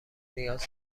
نیاز